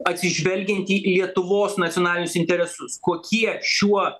atsižvelgiant į lietuvos nacionalinius interesus kokie šiuo